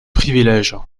privilège